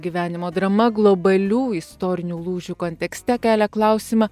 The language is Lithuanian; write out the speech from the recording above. gyvenimo drama globalių istorinių lūžių kontekste kelia klausimą